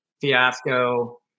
fiasco